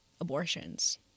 abortions